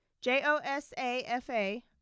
j-o-s-a-f-a